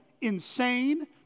insane